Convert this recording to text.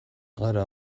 gara